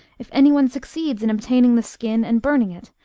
if any one succeeds in obtaining the skin and burning it,